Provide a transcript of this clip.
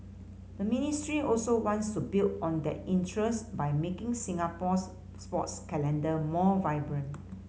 the ministry also wants to build on that interest by making Singapore's sports calendar more vibrant